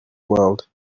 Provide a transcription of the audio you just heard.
world